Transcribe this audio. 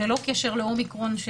ללא קשר לאומיקרון,